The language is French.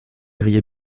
riait